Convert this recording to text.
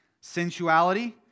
sensuality